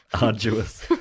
Arduous